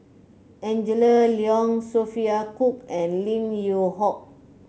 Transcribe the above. Angela Liong Sophia Cooke and Lim Yew Hock